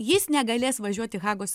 jis negalės važiuot į hagos